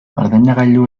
ordenagailu